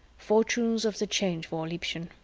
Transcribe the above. fortunes of the change war, liebchen.